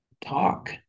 talk